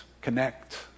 connect